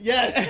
Yes